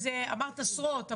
ובעיקר מודעות.